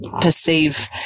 perceive